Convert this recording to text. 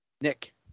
Nick